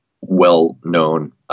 well-known